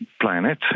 planet